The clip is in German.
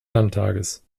landtages